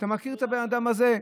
אתה מכיר את הבן אדם הזה?